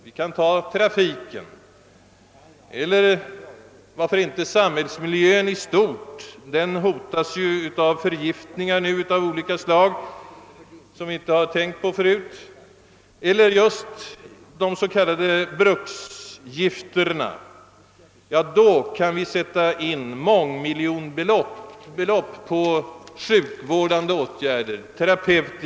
Det kan gälla trafiken eller varför inte samhällsmiljön i stort — den hotas ju nu av förgiftningar av olika slag som vi inte har tänkt på förut — eller just de nu aktuella s.k. bruksgifterna.